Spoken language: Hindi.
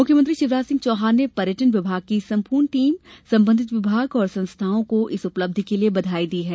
मुख्यमंत्री शिवराज सिंह चौहान ने पर्यटन विभाग की संपूर्ण टीम संबंधित विभाग और संस्थाओं को इस उपलब्धि के लिए बधाई दी है